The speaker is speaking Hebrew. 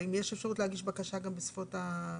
ואם יש אפשרות להגיש בקשה גם בשפות נוספות?